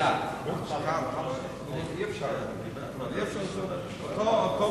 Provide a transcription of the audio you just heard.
אי-אפשר להצביע פעמיים.